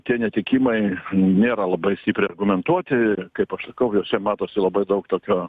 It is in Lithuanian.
tie netikimai nėra labai stipriai argumentuoti kaip aš sakau juose matosi labai daug tokio